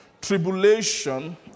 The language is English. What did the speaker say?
tribulation